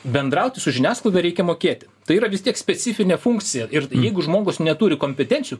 bendrauti su žiniasklaida reikia mokėti tai yra vis tiek specifinė funkcija ir jeigu žmogus neturi kompetencijų